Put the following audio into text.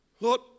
Lord